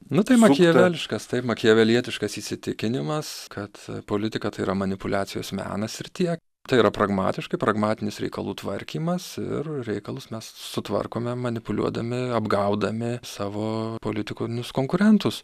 nu tai makjeveliškas taip makiavelietiškas įsitikinimas kad politika yra manipuliacijos menas ir tiek tai yra pragmatiška pragmatinis reikalų tvarkymas ir reikalus mes sutvarkome manipuliuodami apgaudami savo politinius konkurentus